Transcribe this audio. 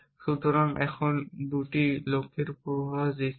সুতরাং আমরা এখন 2টি লক্ষ্যের পূর্বাভাস দিচ্ছি